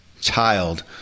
child